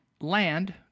land